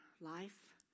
life